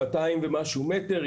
200 ומשהו מטרים,